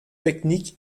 technique